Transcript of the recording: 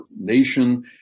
nation